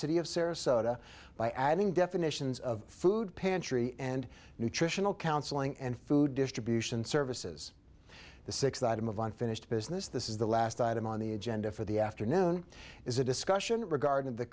city of sarasota by adding definitions of food pantry and nutritional counseling and food distribution services the sixth item of unfinished business this is the last item on the agenda for the afternoon is a discussion regarding the